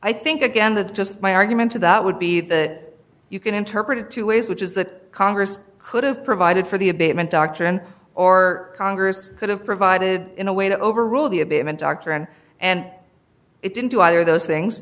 i think again that's just my argument to that would be that you can interpret it two ways which is that congress could have provided for the abatement doctrine or congress could have provided in a way to overrule the abatement doctrine and it didn't do either of those things